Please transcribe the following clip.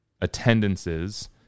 attendances